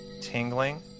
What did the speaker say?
tingling